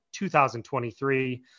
2023